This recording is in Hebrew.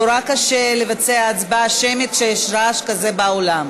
נורא קשה לבצע הצבעה שמית כשיש רעש כזה באולם.